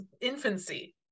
infancy